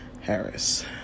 Harris